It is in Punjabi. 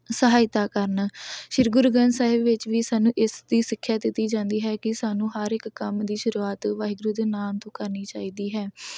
ਸਹਾਇਤਾ ਕਰਨ ਸ਼੍ਰੀ ਗੁਰੂ ਗ੍ਰੰਥ ਸਾਹਿਬ ਵਿੱਚ ਵੀ ਸਾਨੂੰ ਇਸ ਦੀ ਸਿੱਖਿਆ ਦਿੱਤੀ ਜਾਂਦੀ ਹੈ ਕਿ ਸਾਨੂੰ ਹਰ ਇੱਕ ਕੰਮ ਦੀ ਸ਼ੁਰੂਆਤ ਵਾਹਿਗੁਰੂ ਦੇ ਨਾਮ ਤੋਂ ਕਰਨੀ ਚਾਹੀਦੀ ਹੈ